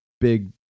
big